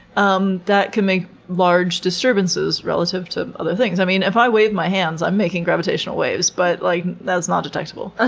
um that can make large disturbances relative to other things. i mean, if i wave my hands i'm making gravitational waves, but like that is not detectable.